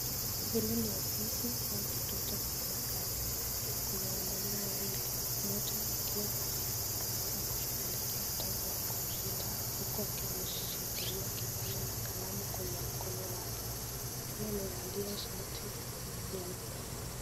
Hili ni ofisi au kituo cha kufanya kazi, kuna wanaume wawili, mmoja akiwa anakaa kushughulikia mtambo wa kompyuta huku akiwa ameshikilia kipanya na kalamu kwenye mkono wake pia amevalia shati nyeupe.